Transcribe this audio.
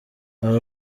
aba